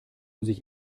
sich